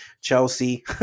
Chelsea